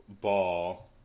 ball